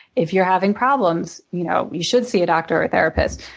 if you're having problems, you know you should see a doctor or therapist.